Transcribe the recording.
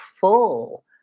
full